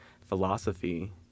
philosophy